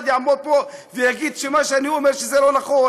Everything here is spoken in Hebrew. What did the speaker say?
יעמוד פה ויגיד שמה שאני אומר אינו נכון.